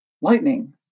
Lightning